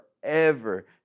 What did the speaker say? forever